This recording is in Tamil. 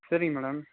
சரிங்க மேடம்